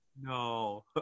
No